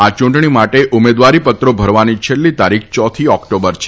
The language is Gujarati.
આ ચૂંટણી માટે ઉમેદવારીપત્રો ભરવાની છેલ્લી તારીખ યોથી ઓક્ટોબર છે